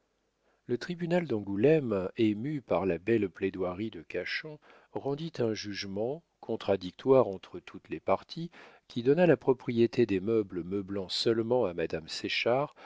le tribunal d'angoulême ému par la belle plaidoierie de cachan rendit un jugement contradictoire entre toutes les parties qui donna la propriété des meubles meublants seulement à madame